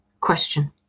Question